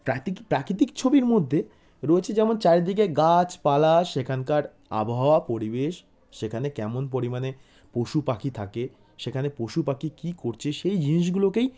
প্রাকৃতিক ছবির মধ্যে রয়েছে যেমন চারিদিকে গাছপালা সেখানকার আবহাওয়া পরিবেশ সেখানে কেমন পরিমাণে পশুপাখি থাকে সেখানে পশুপাখি কী করছে সেই জিনিসগুলোকেই